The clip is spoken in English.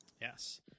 Yes